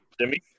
Jimmy